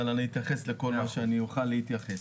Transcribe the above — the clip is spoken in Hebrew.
אבל אני אתייחס לכל מה שאוכל להתייחס.